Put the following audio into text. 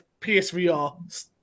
PSVR